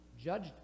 judged